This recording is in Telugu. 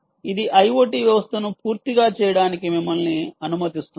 ఇది IoT వ్యవస్థను పూర్తిగా గా చేయడానికి మిమ్మల్ని అనుమతిస్తుంది